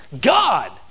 god